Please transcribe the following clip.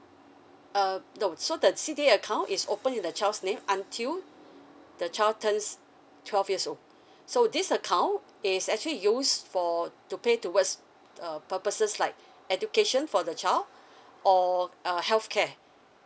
uh no so the C_D_A account is opened in the child's name until the child turns twelve years old so this account is actually used for to pay towards uh purposes like education for the child or a health care